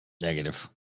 Negative